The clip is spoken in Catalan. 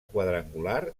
quadrangular